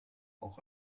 auch